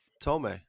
tome